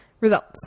Results